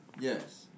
Yes